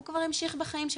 הוא כבר המשיך בחיים שלו.